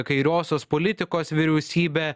kairiosios politikos vyriausybė